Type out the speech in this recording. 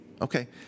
Okay